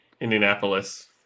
Indianapolis